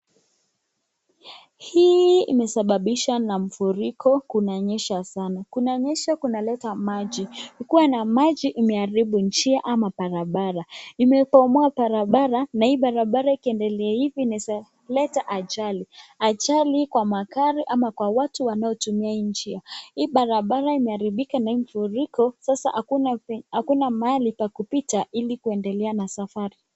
Hii imesababishwa na mfuriko, kuna nyesha sana. Kuna nyesha kuna leta maji, kukiwa na maji imeharibu njia ama barabara. Imebomoa barabara na hii barabara ikiendelea hivi inaeza leta ajali, ajali kwa magari ama kwa watu wanaotumia hii njia. Hii barabara imeharibika na hii mfuriko sasa hakuna mahali pa kupita ili kuendelea na safari.